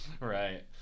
Right